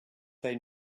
they